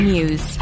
News